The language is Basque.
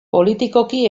politikoki